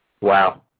Wow